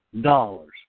dollars